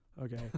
Okay